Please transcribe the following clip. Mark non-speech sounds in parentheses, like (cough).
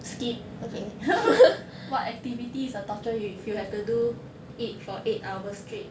skip (laughs) what activity is a torture if you have to do it for eight hours straight